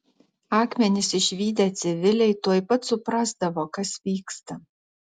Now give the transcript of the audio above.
akmenis išvydę civiliai tuoj pat suprasdavo kas vyksta